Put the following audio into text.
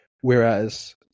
Whereas